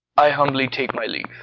i humbly take my leave.